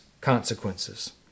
consequences